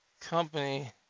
Company